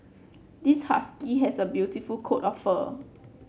this husky has a beautiful coat of fur